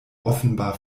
offenbar